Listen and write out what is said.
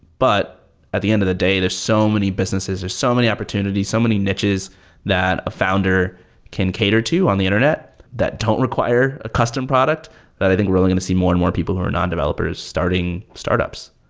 but at the end of the day, there so many businesses, there are so many opportunities, so many niches that a founder can cater to on the internet that don't require a custom product that i think we're only going see more and more people who are non-developers starting startups.